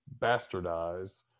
bastardize